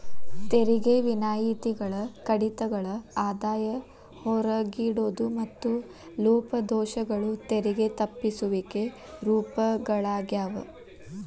ತೆರಿಗೆ ವಿನಾಯಿತಿಗಳ ಕಡಿತಗಳ ಆದಾಯ ಹೊರಗಿಡೋದು ಮತ್ತ ಲೋಪದೋಷಗಳು ತೆರಿಗೆ ತಪ್ಪಿಸುವಿಕೆ ರೂಪಗಳಾಗ್ಯಾವ